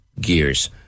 gears